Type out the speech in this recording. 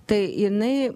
tai jinai